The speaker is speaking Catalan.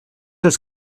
els